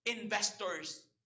investors